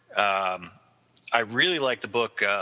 um i really like the book,